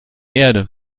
erde